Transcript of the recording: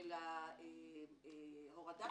של הורדת